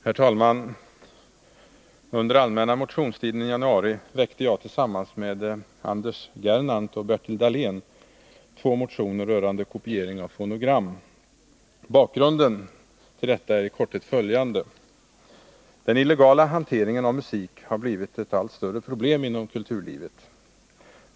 Herr talman! Under den allmänna motionstiden i januari väckte jag tillsammans med Anders Gernandt och Bertil Dahlén två motioner rörande kopiering av fonogram. Bakgrunden härtill är i korthet följande. Den illegala hanteringen av musik har blivit ett allt större problem inom kulturlivet.